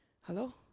Hello